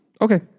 Okay